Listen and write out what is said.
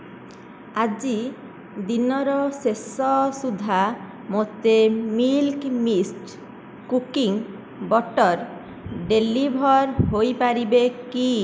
ଆଜି ଦିନର ଶେଷ ସୁଦ୍ଧା ମୋତେ ମିଲ୍କି ମିଷ୍ଟ୍ କୁକିଂବଟର୍ ଡେଲିଭର୍ ହୋଇ ପାରିବେ କି